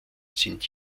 sind